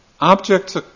objects